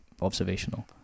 observational